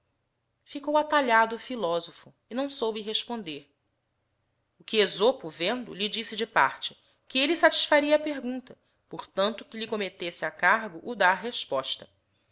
atalhado o philosopho e não soube responder o que esopo vendo lhe disse de parte que elle satisfaria á pergunta por tanto que lhe commettesse a cargo o dar